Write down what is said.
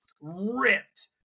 ripped